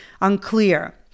unclear